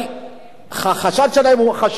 שהחשד בהם הוא חשד שווא.